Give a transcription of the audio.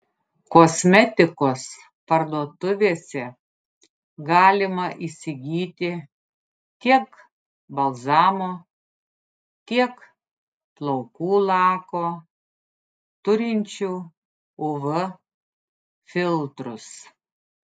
kosmetikos parduotuvėse galima įsigyti tiek balzamo tiek plaukų lako turinčių uv filtrus